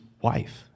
wife